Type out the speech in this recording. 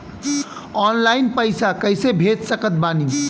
Online पैसा कैसे भेज सकत बानी?